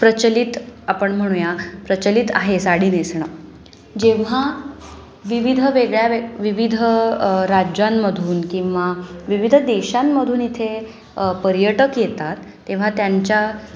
प्रचलित आपण म्हणूया प्रचलित आहे साडी नेसणं जेव्हा विविध वेगळ्या वेग विविध राज्यांमधून किंवा विविध देशांमधून इथे पर्यटक येतात तेव्हा त्यांच्या